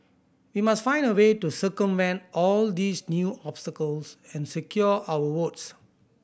we must find a way to circumvent all these new obstacles and secure our votes